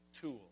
tool